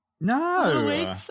no